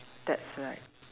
that's right